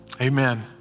Amen